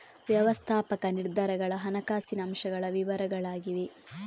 ವ್ಯವಸ್ಥಾಪಕ ನಿರ್ಧಾರಗಳ ಹಣಕಾಸಿನ ಅಂಶಗಳ ವಿವರಗಳಾಗಿವೆ